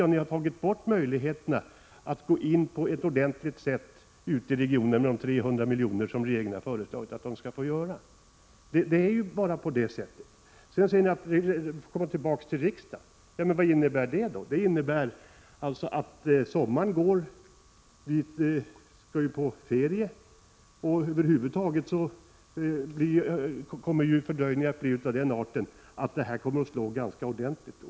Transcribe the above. Ja, ni har tagit bort möjligheterna att på ett ordentligt sätt gå in ute i regionerna med de 300 miljonerna som regeringen har föreslagit. Sedan säger ni att man får komma tillbaka till riksdagen. Vad innebär det? Det innebär att sommaren går — vi skall ju på ferier nu — och fördröjningen kommer att leda till att detta kommer att slå ganska hårt.